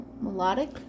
Melodic